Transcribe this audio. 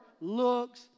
looks